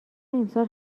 امسال